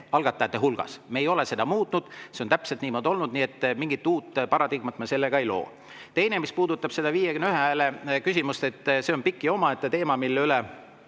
algatajate hulgas. Me ei ole seda muutnud, see on täpselt niimoodi olnud. Nii et mingit uut paradigmat me sellega ei loo. Teine küsimus, mis puudutab 51 hääle [nõuet], on pikk ja omaette teema, mille üle